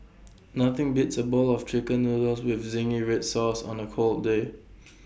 nothing beats A bowl of Chicken Noodles with Zingy Red Sauce on A cold day